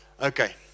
Okay